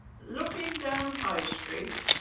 looking down high street,